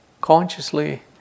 consciously